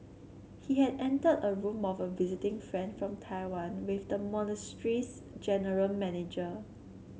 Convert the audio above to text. he had entered a room of a visiting friend from Taiwan with the general manager